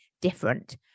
different